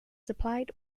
supplied